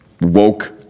woke